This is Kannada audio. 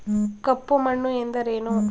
ಕಪ್ಪು ಮಣ್ಣು ಎಂದರೇನು?